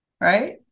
right